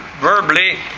verbally